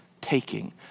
taking